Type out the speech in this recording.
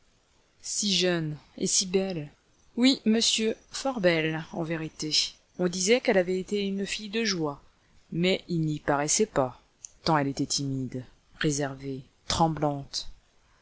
si jeune et si belle oui monsieur fort belle en vérité on disait qu'elle avait été une fille de joie mais il n'y paraissait pas tant elle était timide réservée tremblante